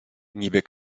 niby